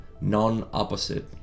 non-opposite